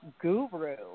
guru